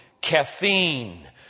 caffeine